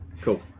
Cool